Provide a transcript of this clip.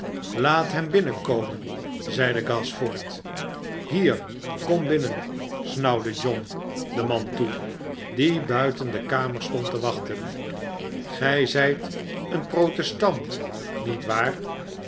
laat hem binnenkomen zeide gashford hier kom binnen snauwde john den man toe die buiten de kamer stond te wachten gij zijt een protestant niet waar